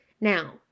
Now